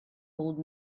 old